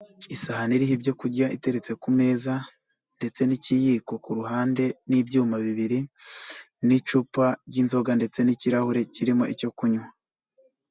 Isahani iriho ibyokurya iteretse ku meza, ndetse n'ikiyiko ku ruhande, n'ibyuma bibiri, n'icupa ry'inzoga ndetse n'ikirahure kirimo icyo kunywa.